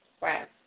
Right